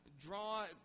draw